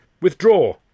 Withdraw